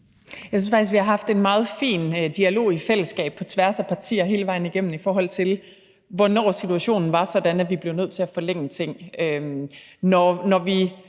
Jeg synes faktisk, at vi har haft en meget fin dialog i fællesskab på tværs af partier hele vejen igennem, i forhold til hvornår situationen var sådan, at vi blev nødt til at forlænge ting.